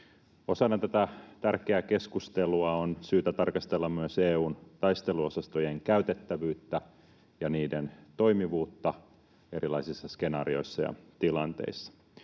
Osana tätä tärkeää keskustelua on syytä tarkastella myös EU:n taisteluosastojen käytettävyyttä ja niiden toimivuutta erilaisissa skenaarioissa ja tilanteissa.